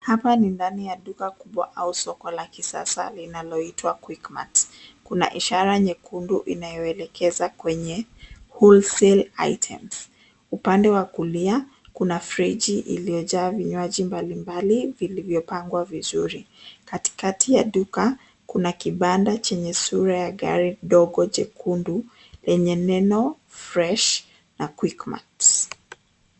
Hapa ni ndani ya duka kubwa au soko la kisasa linaloitwa quickmart. Kuna ishara nyekundu inayoelekeza kwenye (cs)whole sale items(cs). Upande wa kulia kuna friji iliyojaa vinywaji mbali mbali vilivyopangwa vizuri. Katikati ya duka kuna kibanda chenye sura ya gari dogo chekundu, lenye neno (cs)fresh (cs)na (cs)quickmart(cs).